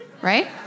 right